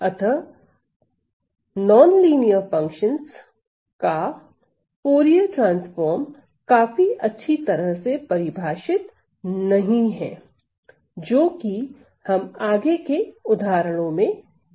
अतः अरैखिक फंक्शंस का फूरिये ट्रांसफॉर्म काफी अच्छी तरह से परिभाषित नहीं है जो कि हम आगे के उदाहरणों में देखेंगे